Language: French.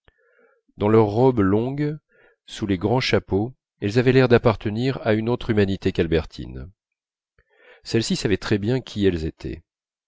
dans leurs robes longues sous leurs grands chapeaux elles avaient l'air d'appartenir à une autre humanité qu'albertine celle-ci savait très bien qui elles étaient